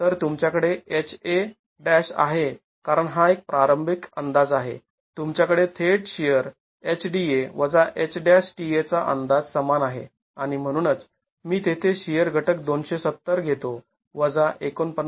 तर तुमच्याकडे HA' आहे कारण हा एक प्रारंभिक अंदाज आहे तुमच्याकडे थेट शिअर HDA H' tA चा अंदाज समान आहे आणि म्हणूनच मी थेट शिअर घटक २७० घेतो वजा ४९